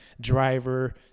driver